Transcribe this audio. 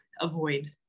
avoid